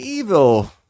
Evil